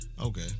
Okay